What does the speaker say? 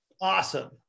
Awesome